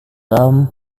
tom